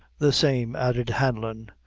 the same, added hanlon.